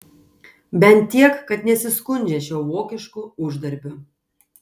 bent tiek kad nesiskundžia šiuo vokišku uždarbiu